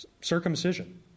circumcision